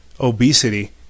obesity